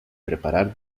preparar